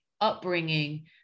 upbringing